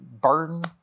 burden